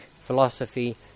philosophy